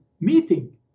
meeting